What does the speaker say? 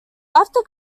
after